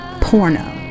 Porno